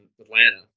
Atlanta